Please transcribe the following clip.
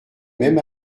même